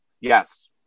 Yes